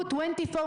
הרשימה